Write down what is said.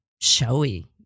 showy